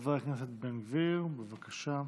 חבר הכנסת בן גביר, בבקשה.